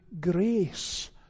grace